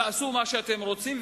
תעשו מה שאתם רוצים,